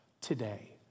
today